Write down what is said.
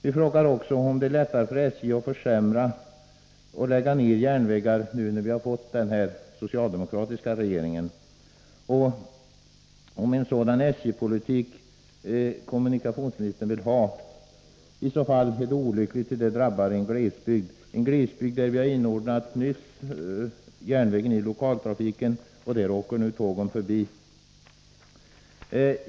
Vi frågar oss också om det är lättare för SJ att försämra och lägga ned järnvägar nu när vi fått en socialdemokratisk regering och om det är en sådan SJ-politik kommunikationsministern vill ha. I så fall är det olyckligt, ty det drabbar en glesbygd, en glesbygd där vi nyligen inordnat järnvägen i lokaltrafiken, men där tågen nu åker förbi.